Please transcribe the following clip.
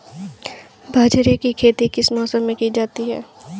बाजरे की खेती किस मौसम में की जाती है?